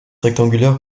rectangulaire